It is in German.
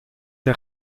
der